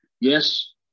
Yes